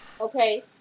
Okay